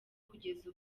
kugeza